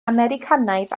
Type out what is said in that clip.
americanaidd